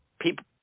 people